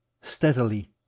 steadily